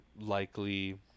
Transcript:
likely